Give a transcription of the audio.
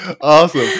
Awesome